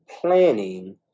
planning